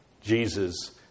Jesus